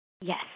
Yes